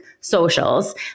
socials